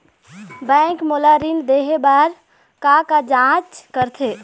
Bank मोला ऋण देहे बार का का जांच करथे?